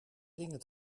dingen